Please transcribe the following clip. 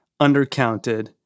undercounted